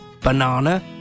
banana